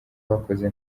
bakoze